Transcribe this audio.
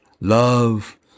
love